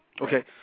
Okay